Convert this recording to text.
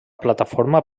plataforma